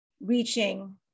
reaching